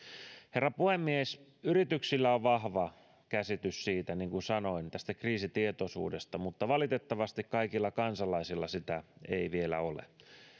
herra puhemies yrityksillä on vahva käsitys niin kuin sanoin tästä kriisitietoisuudesta mutta valitettavasti kaikilla kansalaisilla sitä ei vielä ole